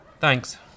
Thanks